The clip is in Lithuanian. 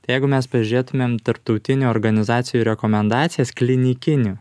tai jeigu mes peržiūrėtumėm tarptautinių organizacijų rekomendacijas klinikinių